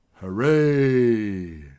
Hooray